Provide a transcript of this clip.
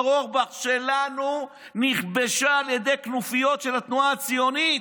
מר אורבך נכבשה על ידי כנופיות של התנועה הציונית,